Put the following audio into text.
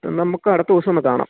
നമുക്ക് അടുത്ത ദിവസമൊന്നു കാണാം